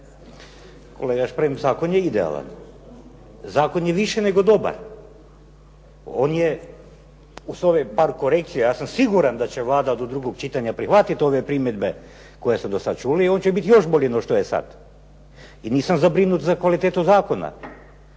Kolega Šprem, zakon je idealan. Zakon je više nego dobar. On je uz ovih par korekcija ja sam siguran da će Vlada do drugog čitanja prihvatit ove primjedbe koje ste do sad čuli i on će biti još bolji no što je sad i nisam zabrinut za kvalitetu zakona.